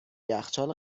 یخچال